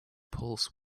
pulse